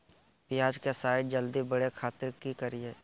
प्याज के साइज जल्दी बड़े खातिर की करियय?